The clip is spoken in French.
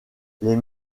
les